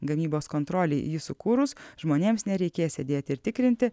gamybos kontrolei jį sukūrus žmonėms nereikės sėdėti ir tikrinti